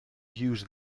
use